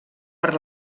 per